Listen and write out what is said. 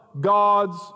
God's